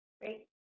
Great